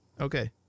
Okay